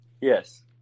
Yes